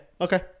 okay